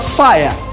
fire